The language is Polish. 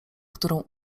którą